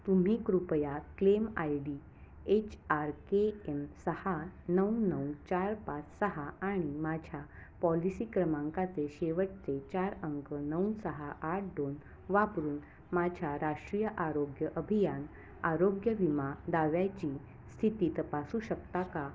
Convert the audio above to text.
तुम्ही कृपया claim I D H R K M सहा नऊ नऊ चार पाच सहा आणि माझ्या पॉलिसी क्रमांकाचे शेवटचे चार अंक नऊ सहा आठ दोन वापरून माझ्या राष्ट्रीय आरोग्य अभियान आरोग्य विमा दाव्याची स्थिती तपासू शकता का